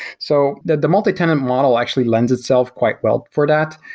so the the multitenant model actually lends itself quite well for that,